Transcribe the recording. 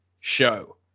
show